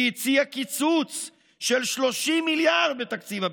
היא הציעה קיצוץ של 30 מיליארד בתקציב הביטחון.